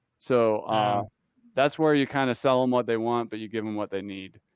so ah that's where you kind of sell them what they want, but you give them what they need.